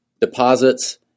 deposits